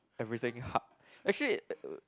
everything hub actually